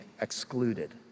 excluded